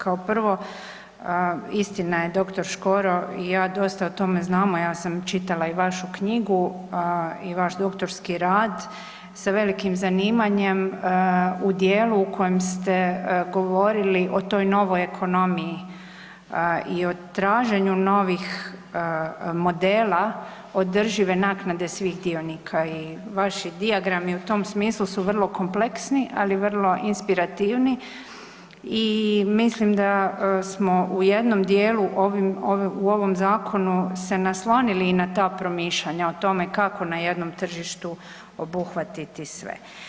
Kao prvo istina je dr. Škoro i ja dosta o tome znamo ja sam čitala i vašu knjigu i vaš doktorski rad sa velikim zanimanjem u dijelu u kojem ste govorili o toj novoj ekonomiji i o traženju novih modela održive naknade svih dionika i vaši dijagrami u tom smislu su vrlo kompleksni, ali vrlo inspirativni i mislim da smo u jednom dijelu u ovom zakonu se naslonili i na ta promišljanja o tome kako na jednom tržištu obuhvatiti sve.